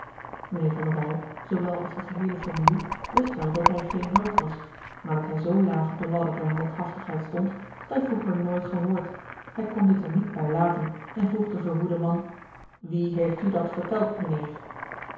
wall zoowel als de geheele familie wist wel dat hij geen held was maar dat hij zoo laag op de ladder der heldhaftigheid stond had hij vroeger nooit gehoord hij kon dit er niet bij laten en vroeg den verwoeden man wie heeft u dat verteld